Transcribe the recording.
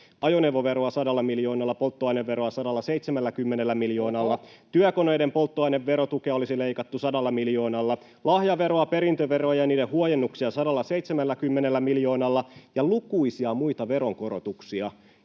ajoneuvoveroa 100 miljoonalla, polttoaineveroa 170 miljoonalla. Työkoneiden polttoaineverotukea olisi leikattu 100 miljoonalla, lahjaveroa, perintöveroa ja niiden huojennuksia 170 miljoonalla, ja lukuisia muita veronkorotuksia,